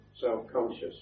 self-conscious